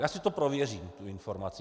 Já si to prověřím, tu informaci.